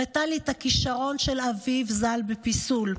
הראתה לי את הכישרון של אביב ז"ל בפיסול.